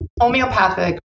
homeopathic